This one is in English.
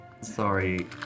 Sorry